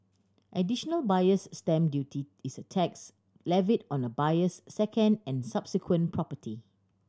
Additional Buyer's Stamp Duty is a tax levied on a buyer's second and subsequent property